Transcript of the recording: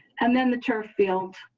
and then the turf field.